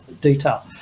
detail